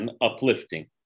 uplifting